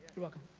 you're welcome.